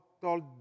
told